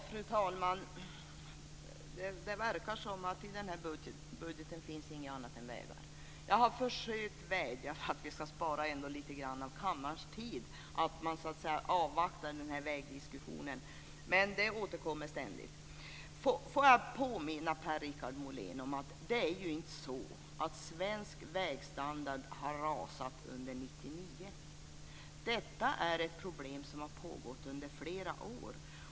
Fru talman! Det verkar som att det inte finns pengar till något annat än vägar i denna budget. Jag har försökt vädja till ledamöterna att avvakta med vägdiskussionen för att vi ska spara lite grann av kammarens tid, men den återkommer ständigt. Får jag påminna Per-Richard Molén om att det inte är så att svensk vägstandard har rasat under 1999. Det är ett problem som har pågått under flera år.